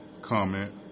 comment